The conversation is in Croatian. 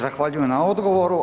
Zahvaljujem na odgovoru.